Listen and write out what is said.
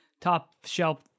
top-shelf